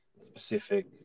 specific